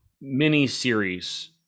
mini-series